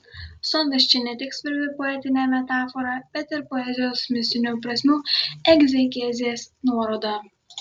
sodas čia ne tik svarbi poetinė metafora bet ir poezijos mistinių prasmių egzegezės nuoroda